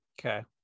Okay